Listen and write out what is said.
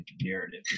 narrative